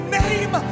name